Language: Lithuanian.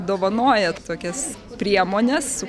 dovanoja tokias priemones